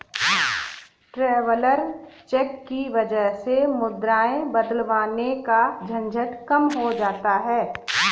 traveller cheque की वजह से मुद्राएं बदलवाने का झंझट कम हो जाता है